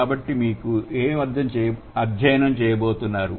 కాబట్టిఇక్కడ ఏమి అధ్యయనం చేయబోతున్నాము